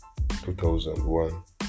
2001